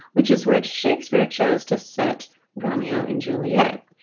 which is where shakespeare chose to set romeo and juliet,